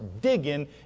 digging